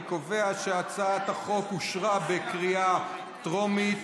אני קובע שהצעת החוק אושרה בקריאה טרומית,